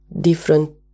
different